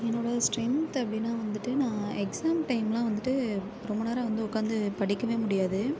என்னுடைய ஸ்டென்த் அப்படின்னா வந்துட்டு நான் எக்ஸாம் டைம்லாம் வந்துட்டு ரொம்ப நேரம் வந்து உட்காந்து படிக்கவே முடியாது